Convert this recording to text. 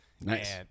Nice